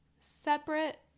separate